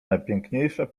najpiękniejsza